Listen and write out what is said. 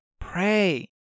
pray